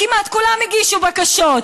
כמעט כולם הגישו בקשות,